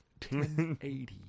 1080